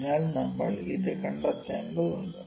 അതിനാൽ നമ്മൾ അത് കണ്ടെത്തേണ്ടതുണ്ട്